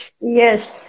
yes